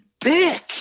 dick